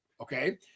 Okay